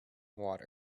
water